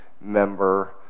member